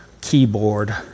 keyboard